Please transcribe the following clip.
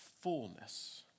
fullness